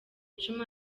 icumu